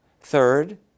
third